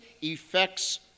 effects